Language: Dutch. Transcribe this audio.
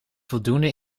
voldoende